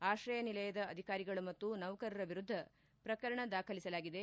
ಆಶ್ರಯ ನಿಲಯದ ಅಧಿಕಾರಿಗಳು ಮತ್ತು ನೌಕರರ ವಿರುದ್ದ ಪ್ರಕರಣ ದಾಖಲಿಸಲಾಗಿದೆ